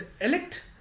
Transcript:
elect